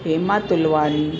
Hema Tilwani